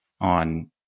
on